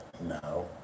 No